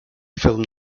film